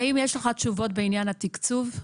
האם יש לך תשובות בעניין התקצוב?